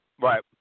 Right